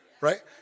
right